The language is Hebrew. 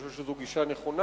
אני חושב שזו גישה נכונה,